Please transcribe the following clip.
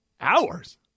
Hours